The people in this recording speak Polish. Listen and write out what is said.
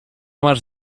masz